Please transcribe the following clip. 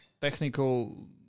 technical